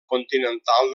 continental